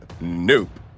Nope